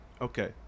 okay